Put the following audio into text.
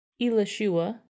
Elishua